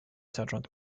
sergeant